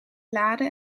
lade